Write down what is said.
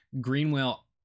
Greenwell